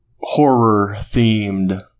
horror-themed